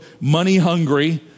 money-hungry